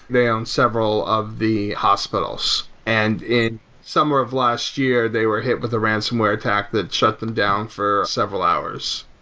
they own several of the hospitals. and in somewhere of last year, they were hit with a ransonware attack that shut them down for several hours